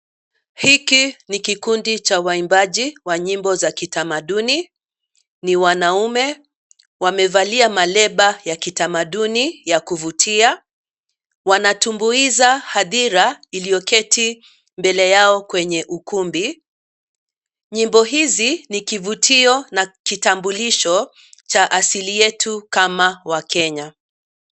Hiki ni kikundi cha waimbaji wa nyimbo za kitamaduni. Ni wanaume, wamevali maleba ya kitamaduni ya kuvutia. Wanatumbuiza hadhira iliyoketi mbele yao kwenye ukumbi. Nyimbo hizi ni kivutio na kitambulisho cha asili yetu kama Wakenya.